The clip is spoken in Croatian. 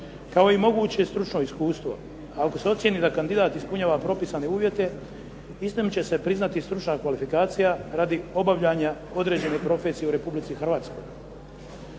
kao i moguće stručno iskustvo. A ako se ocijeni da kandidat ispunjava propisane uvjete, istom će se priznati stručna kvalifikacija radi obavljanja određene profesije u Republici Hrvatskoj.